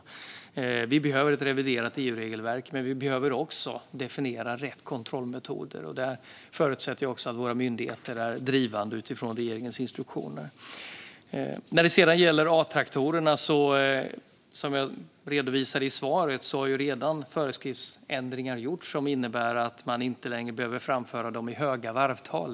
Vi behöver ett reviderat EU-regelverk, men vi behöver också definiera rätt kontrollmetoder. Där förutsätter jag att våra myndigheter är drivande utifrån regeringens instruktioner. När det gäller A-traktorerna har det redan, som jag redovisade i interpellationssvaret, gjorts föreskriftsändringar som innebär att man inte längre behöver framföra dem i höga varvtal.